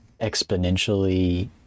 exponentially